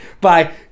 bye